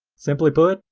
simply put,